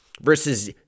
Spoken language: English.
versus